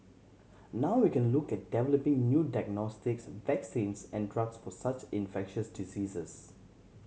now we can look at developing new diagnostics vaccines and drugs for such infectious diseases